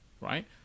right